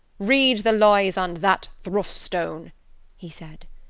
read the lies on that thruff-stean, he said.